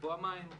לקבוע מהן,